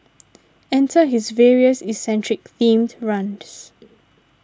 enter his various eccentric themed runs